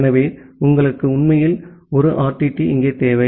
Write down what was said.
எனவே உங்களுக்கு உண்மையில் 1 RTT இங்கே தேவை